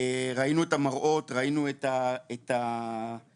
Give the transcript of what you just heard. ראינו את המראות, ראינו את המצב.